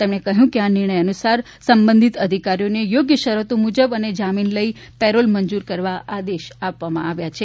તેમણે કહ્યુ કે આ નિર્ણય અનુસાર સંબધિત અધિકારીઓને યોગ્ય શરતો મુજબ અને જામીન લઇને પેરોલ મંજૂર કરવા આદેશ આપવામાં આવ્યા છે